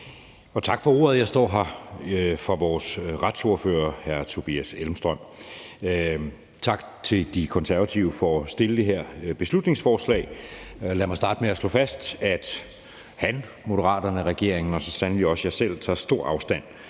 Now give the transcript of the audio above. og tak for ordet. Jeg står her i stedet for vores retsordfører, hr. Tobias Grotkjær Elmstrøm. Tak til De Konservative for at fremsætte det her beslutningsforslag, og lad mig starte med at slå fast, at han, Moderaterne, regeringen og så sandelig også jeg selv tager stor afstand